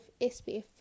SPF